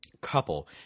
couple